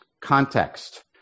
context